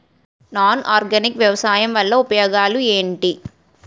Non organic వ్యవసాయం వల్ల ఉపయోగాలు ఏంటీ?